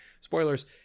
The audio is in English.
spoilers